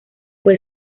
fue